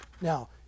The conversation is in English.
Now